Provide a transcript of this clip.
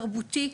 תרבותיים.